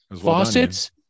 Faucets